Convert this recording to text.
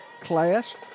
class